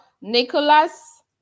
Nicholas